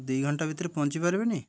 ଦୁଇ ଘଣ୍ଟା ଭିତରେ ପହଞ୍ଚିପାରିବିନି